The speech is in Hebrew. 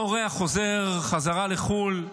אותו אורח חוזר חזרה לחו"ל ואומר: